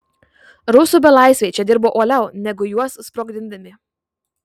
rusų belaisviai čia dirbo uoliau negu juos sprogdindami